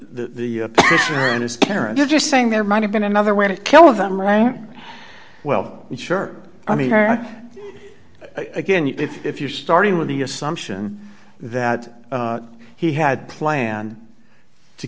there and they're just saying there might have been another way to kill them right well and sure i mean her again you if you're starting with the assumption that he had planned to